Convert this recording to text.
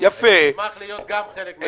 אני אשמח להיות גם חלק.